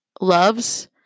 loves